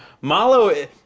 Malo